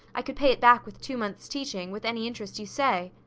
i could pay it back with two months' teaching, with any interest you say.